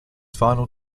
final